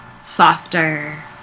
softer